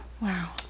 Wow